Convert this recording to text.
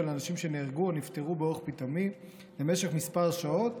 אנשים שנהרגו או נפטרו באורח פתאומי למשך כמה שעות.